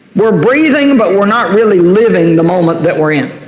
we're breathing, but we're not really living the moment that we're in,